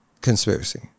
conspiracy